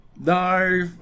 No